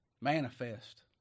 manifest